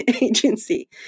agency